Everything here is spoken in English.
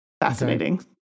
Fascinating